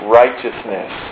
righteousness